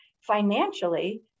financially